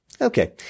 Okay